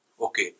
Okay